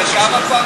בשאר הפעמים?